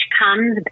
comes